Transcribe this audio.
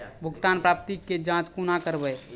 भुगतान प्राप्ति के जाँच कूना करवै?